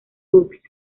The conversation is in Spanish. books